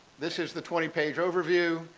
this is the twenty page overview.